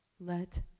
Let